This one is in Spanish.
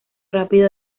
rápido